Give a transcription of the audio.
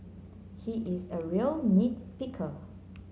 he is a real nit picker